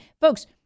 Folks